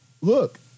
look